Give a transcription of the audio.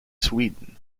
sweden